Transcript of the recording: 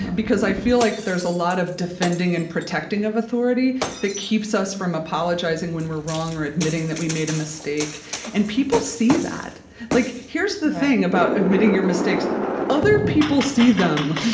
because i feel like there's a lot of defending and protecting of authority that keeps us from apologizing when we're wrong or admitting that we made a mistake and people see that like here's the thing about admitting your mistakes other people see them,